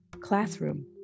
classroom